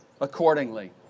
accordingly